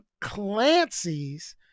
Clancy's